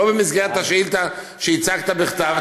לא במסגרת השאילתה שהצגת בכתב,